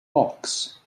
box